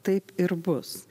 taip ir bus